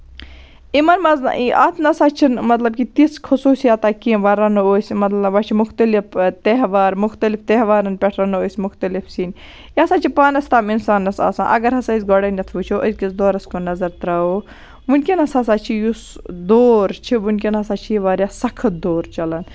یِمن منٛز اَتھ نہ سا چھُنہٕ مطلب کہِ تِژھ خصوٗصیت کیٚنہہ وۄنۍ رَنو أسۍ مطلب وۄنۍ چھِ مُختٔلِف تہوار مُختٔلِف تہوارَن پٮ۪ٹھ رَنو أسۍ مُختٔلِف سِنۍ یہِ سا چھُ پانَس تام اِنسانَس آسان اَگر ہسا أسۍ گۄڈٕنیٚتھ وُچھو أزکِس دورَس کُن نَظر تراوو ؤنکیٚنس ہسا چھُ یُس دور چھُ ؤنکیٚن ہسا چھُ واریاہ سَخت دور چلان